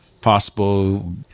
possible